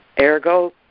Ergo